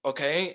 Okay